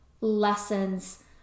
lessons